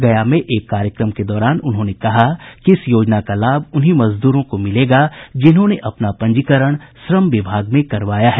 गया में एक कार्यक्रम के दौरान उन्होंने कहा कि इस योजना का लाभ उन्हीं मजदूरों को मिलेगा जिन्होंने अपना पंजीकरण श्रम विभाग में करवाया है